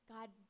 God